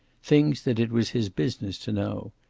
things that it was his business to know.